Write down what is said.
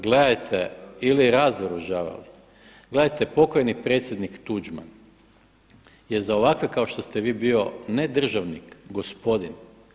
Gledajte, ili razoružavali, gledajte pokojni predsjednik Tuđman je za ovakve kao što ste vi bio ne državnik, gospodin.